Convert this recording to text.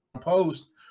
post